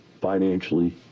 financially